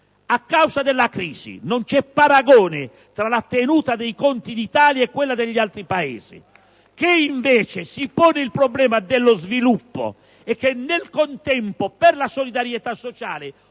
a causa della crisi. Non c'è paragone tra la tenuta dei conti in Italia e quella degli altri Paesi. L'Italia si pone il problema dello sviluppo e, nel contempo, quello della solidarietà sociale: